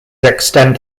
extend